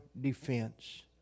defense